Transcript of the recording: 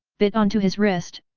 bit onto his wrist,